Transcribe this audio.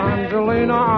Angelina